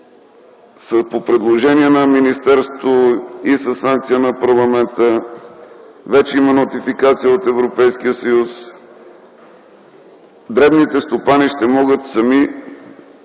по предложение на министерството и със санкция на парламента, вече има нотификация от Европейския съюз, дребните стопани ще могат сами